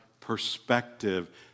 perspective